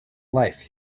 life